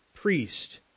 priest